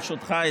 ברשותך,